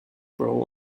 grow